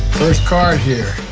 first card here.